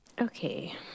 Okay